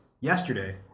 yesterday